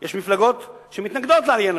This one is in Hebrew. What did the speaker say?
יש מפלגות שמתנגדות לזה.